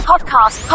Podcast